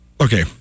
okay